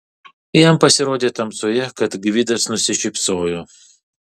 jam pasirodė tamsoje kad gvidas nusišypsojo